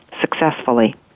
successfully